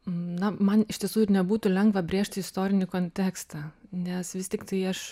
na man iš tiesų ir nebūtų lengva brėžti istorinį kontekstą nes vis tiktai aš